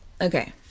okay